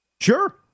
Sure